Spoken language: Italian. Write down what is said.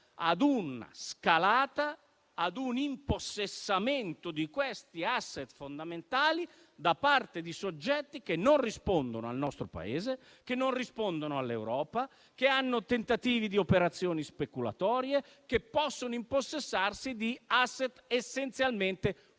a una scalata, a un impossessamento di questi *asset* fondamentali da parte di soggetti che non rispondono al nostro Paese, che non rispondono all'Europa, che hanno tentativi di operazioni speculatorie e che possono impossessarsi di *asset* essenzialmente funzionali